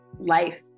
life